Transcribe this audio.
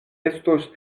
estos